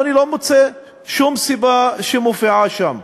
ואני לא מוצא שום סיבה שמופיעה שם.